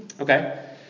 Okay